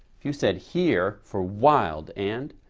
if you said here for wild and